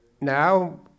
Now